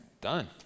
done